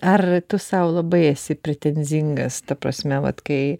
ar tu sau labai esi pretenzingas ta prasme vat kai